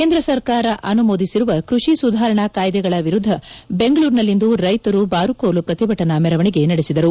ಕೇಂದ್ರ ಸರ್ಕಾರ ಅನುಮೋದಿಸಿರುವ ಕೃಷಿ ಸುಧಾರಣಾ ಕಾಯ್ದೆಗಳ ವಿರುದ್ದ ಬೆಂಗಳೂರಿನಲ್ಲಿಂದು ರೈತರು ಬಾರುಕೋಲು ಪ್ರತಿಭಟನಾ ಮೆರವಣಿಗೆ ನಡೆಸಿದರು